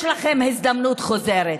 יש לכם הזדמנות חוזרת.